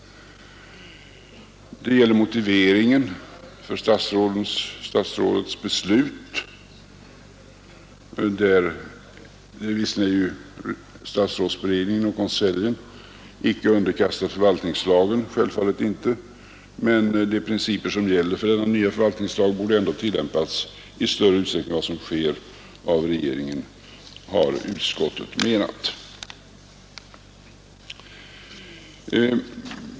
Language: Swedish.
Det gäller motiveringen för statsrådets beslut. Visserligen är statsrådsberedningen och konseljen självfallet icke underkastade förvaltningslagen, men de principer som gäller i denna nya förvaltningslag borde ändå ha iakttagits av regeringen i större utsträckning än vad som sker, har utskottet menat.